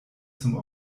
zum